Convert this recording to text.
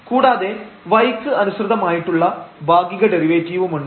കൂടാതെ y ക്ക് അനുസൃതമായിട്ടുള്ള ഭാഗിക ഡെറിവേറ്റീവുമുണ്ട്